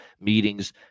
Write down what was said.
meetings